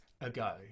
ago